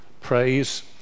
praise